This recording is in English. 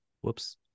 Whoops